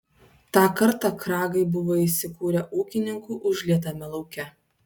tą kartą kragai buvo įsikūrę ūkininkų užlietame lauke